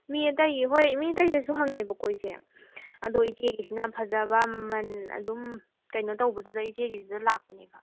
ꯃꯤ ꯑꯇꯩꯒꯤ ꯍꯣꯏ ꯃꯤ ꯑꯇꯩꯗꯁꯨ ꯍꯪꯉꯦꯕꯀꯣ ꯏꯆꯦ ꯑꯗꯣ ꯏꯆꯦꯒꯤꯁꯤꯅ ꯐꯖꯕ ꯃꯃꯜ ꯑꯗꯨꯝ ꯀꯩꯅꯣ ꯇꯧꯕꯗꯨꯗ ꯏꯆꯦꯒꯤꯗꯨꯗ ꯂꯥꯛꯄꯅꯦꯕ